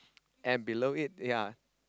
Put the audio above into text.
and below it ya